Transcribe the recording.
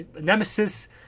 Nemesis